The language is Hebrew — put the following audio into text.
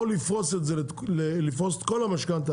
או לפרוס את כל המשכנתה,